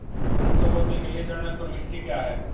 ऋण चुकौती के लिए जनरल प्रविष्टि क्या है?